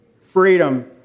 Freedom